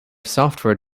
software